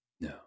No